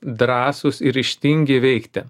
drąsūs ir ryžtingi veikti